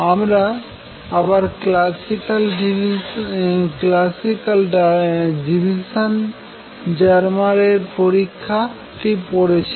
আমরা আবার classical division জারমার এর পরীক্ষাটি পড়েছি